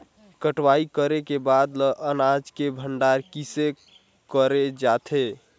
कटाई करे के बाद ल अनाज के भंडारण किसे करे जाथे?